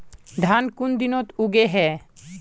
धान कुन दिनोत उगैहे